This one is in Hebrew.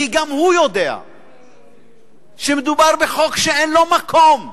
כי גם הוא יודע שמדובר בחוק שאין לו מקום,